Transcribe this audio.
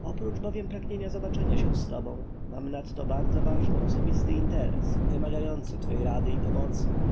oprócz bowiem pragnienia zobaczenia się z tobą mam nadto bardzo ważny osobisty interes wymagający twej rady i pomocy